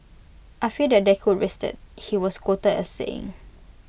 I fear that they could risk IT he was quoted as saying